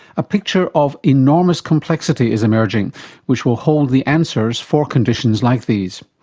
a picture of enormous complexity is emerging which will hold the answers for conditions like these.